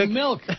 milk